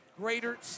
Greater